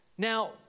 Now